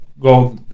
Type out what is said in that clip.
go